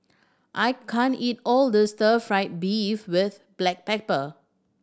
I can't eat all this Stir Fry beef with black pepper